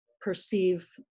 perceive